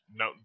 no